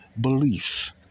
Beliefs